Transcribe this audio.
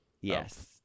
Yes